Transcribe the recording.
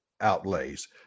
outlays